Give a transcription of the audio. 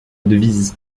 devise